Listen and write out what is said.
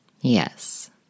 Yes